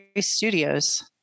Studios